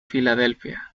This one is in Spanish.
filadelfia